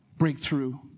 Breakthrough